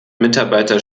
mitarbeiter